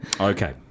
Okay